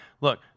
look